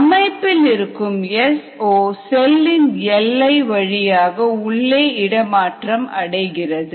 அமைப்பில் இருக்கும் S0 செல்லின் எல்லை வழியாக உள்ளே இடமாற்றம் அடைகிறது